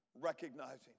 recognizing